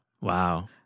wow